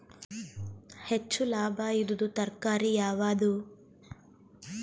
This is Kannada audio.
ಹೆಚ್ಚು ಲಾಭಾಯಿದುದು ತರಕಾರಿ ಯಾವಾದು?